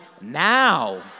now